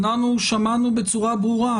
אנחנו שמענו בצורה ברורה,